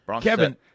Kevin